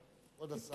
בבקשה, כבוד השר.